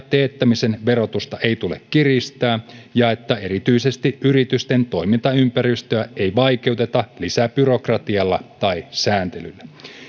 teettämisen verotusta ei tule kiristää ja sitä että erityisesti yritysten toimintaympäristöä ei vaikeuteta lisäbyrokratialla tai sääntelyllä